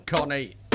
Connie